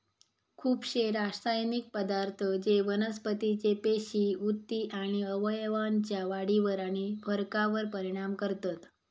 खुपशे रासायनिक पदार्थ जे वनस्पतीचे पेशी, उती आणि अवयवांच्या वाढीवर आणि फरकावर परिणाम करतत